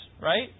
right